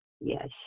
Yes